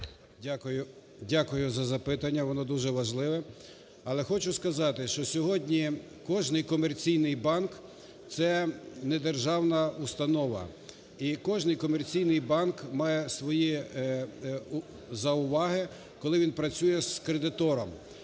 Дякую за запитання воно дуже важливе. Але хочу сказати, що сьогодні кожний комерційний банк – це недержавна установа. І кожний комерційний банк має свої зауваги, коли він працює з кредитором.